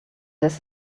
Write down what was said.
this